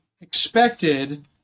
expected